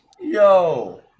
Yo